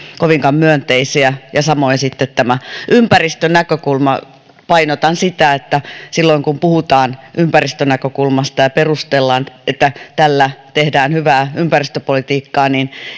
kovinkaan myönteisiä ja samoin sitten ympäristönäkökulma painotan sitä että silloin kun puhutaan ympäristönäkökulmasta ja perustellaan että tällä tehdään hyvää ympäristöpolitiikkaa